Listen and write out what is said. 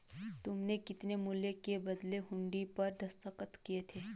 तुमने कितने मूल्य के बदले हुंडी पर दस्तखत किए थे?